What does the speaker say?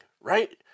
right